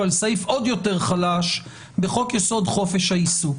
ועל סעיף עוד יותר חלש בחוק יסוד חופש העיסוק.